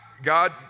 God